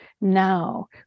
now